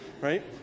right